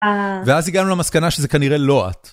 ואז הגענו למסקנה שזה כנראה לא את.